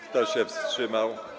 Kto się wstrzymał?